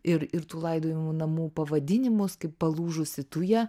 ir ir tų laidojimo namų pavadinimus kaip palūžusi tuja